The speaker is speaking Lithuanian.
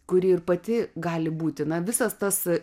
kuri ir pati gali būti na visas tas